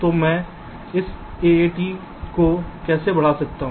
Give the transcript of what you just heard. तो मैं इस AAT को कैसे बढ़ा सकता हूं